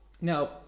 Now